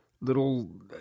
little